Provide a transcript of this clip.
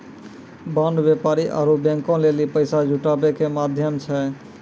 bond व्यापारी आरु बैंको लेली पैसा जुटाबै के माध्यम छै